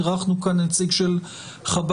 אירחנו כאן נציג של חב"ד,